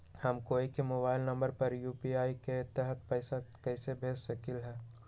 हम कोई के मोबाइल नंबर पर यू.पी.आई के तहत पईसा कईसे भेज सकली ह?